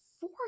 four